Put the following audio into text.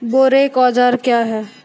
बोरेक औजार क्या हैं?